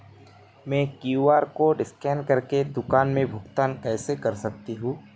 मैं QR code scan कर के दुकान में भुगतान कैसे कर सकती हूँ?